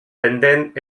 pendent